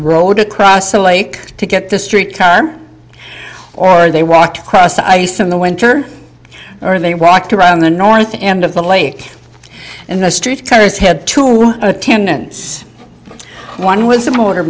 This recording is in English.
rode across the lake to get the street car or they walked across the ice in the winter or they walked around the north end of the lake in the street kind of head to one attendance one was the motor